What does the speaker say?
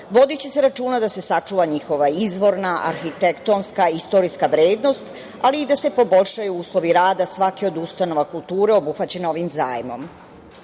vodiće se računa da se sačuva njihova izvorna, arhitektonska, istorijska vrednost, ali i da se poboljšaju uslovi rada svaki od ustanova kulture obuhvaćena ovim zajmom.